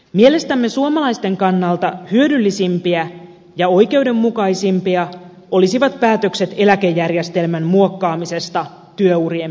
mielestämme suomalaisten kannalta hyödyllisimpiä ja oikeudenmukaisimpia olisivat päätökset eläkejärjestelmän muokkaamisesta työurien pidentämiseksi